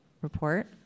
report